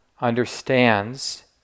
understands